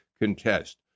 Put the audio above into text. contest